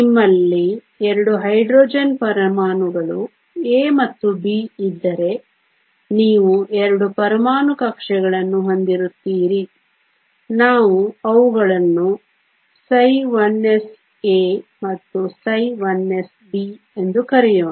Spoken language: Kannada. ನಿಮ್ಮಲ್ಲಿ 2 ಹೈಡ್ರೋಜನ್ ಪರಮಾಣುಗಳು A ಮತ್ತು B ಇದ್ದರೆ ನೀವು 2 ಪರಮಾಣು ಕಕ್ಷೆಗಳನ್ನು ಹೊಂದಿರುತ್ತೀರಿ ನಾವು ಅವುಗಳನ್ನು ψ1sA ಮತ್ತು ψ1sB ಎಂದು ಕರೆಯೋಣ